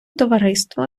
товариство